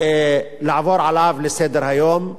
לעבור עליו לסדר-היום.